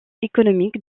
économique